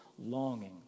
longing